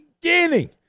beginning